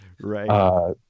Right